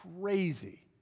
crazy